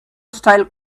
style